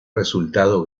resultado